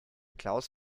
klaus